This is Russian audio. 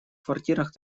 квартирах